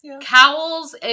cowls